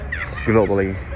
globally